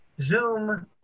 Zoom